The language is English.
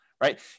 right